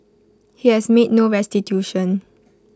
he has made no restitution